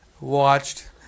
watched